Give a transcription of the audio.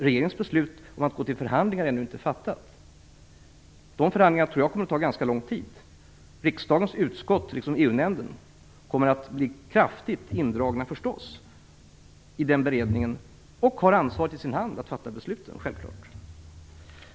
Regeringens beslut om att gå till förhandlingar är ännu inte fattat. Dessa förhandlingar kommer troligtvis att ta ganska lång tid. Riksdagens utskott liksom EU-nämnden kommer förstås att bli kraftigt indragna i den beredningen. De har självfallet ansvaret att fatta besluten.